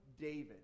David